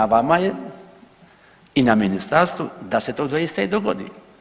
Na vama je i na ministarstvu da se to doista i dogodi.